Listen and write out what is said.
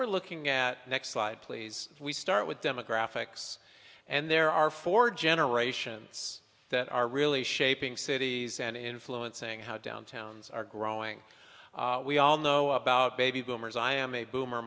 we're looking at next slide please we start with demographics and there are four generations that are really shaping cities and influencing how downtowns are growing we all know about baby boomers i am a boomer